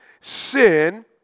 sin